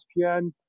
ESPN